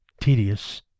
tedious